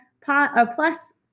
plus